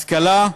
השכלה,